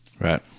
Right